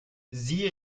sie